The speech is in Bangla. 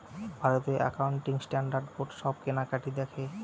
ভারতীয় একাউন্টিং স্ট্যান্ডার্ড বোর্ড সব কেনাকাটি দেখে